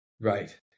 Right